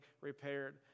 repaired